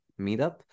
meetup